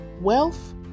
Wealth